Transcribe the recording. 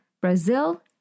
Brazil